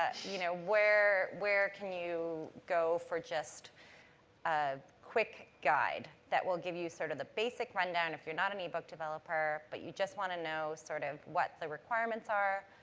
ah you know, where can where can you go for just a quick guide, that will give you sort of the basic rundown if you're not an ebook developer, but you just want to know sort of what the requirements are.